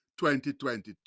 2022